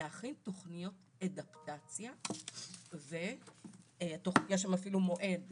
להכין תוכניות אדפטציה ויש שם אפילו מועד,